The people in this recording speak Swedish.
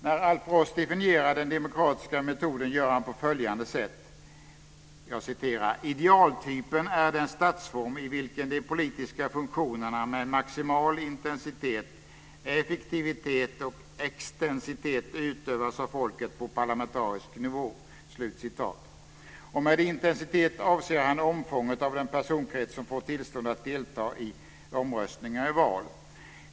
När Alf Ross definierar den demokratiska metoden gör han på följande sätt: "Idealtypen är den statsform i vilken de politiska funktionerna med maximal intensitet, effektivitet och extensitet utövas av folket på parlamentarisk nivå." Med intensitet avser han omfånget av den personkrets som får tillstånd att delta i omröstningar och val.